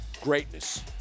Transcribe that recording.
greatness